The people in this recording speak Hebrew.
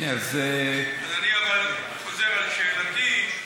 אז אני חוזר על שאלתי: